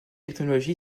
technologie